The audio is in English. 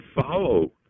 follow